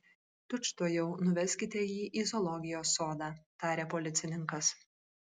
tučtuojau nuveskite jį į zoologijos sodą tarė policininkas